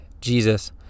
Jesus